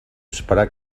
esperar